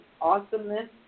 awesomeness